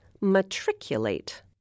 matriculate